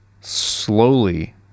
slowly